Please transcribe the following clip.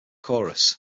chorus